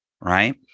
right